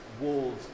walls